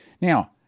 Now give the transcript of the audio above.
Now